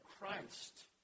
Christ